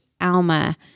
Alma